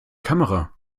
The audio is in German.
kamera